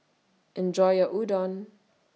Enjoy your Udon